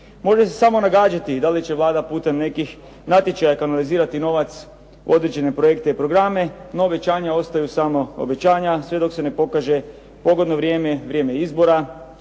Može se samo nagađati da li će Vlada putem nekih natječaja kanalizirati novac u određene projekte i programe, no obećanja ostaju samo obećanja sve dok se ne pokaže pogodno vrijeme, vrijeme izbora